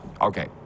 okay